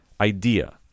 idea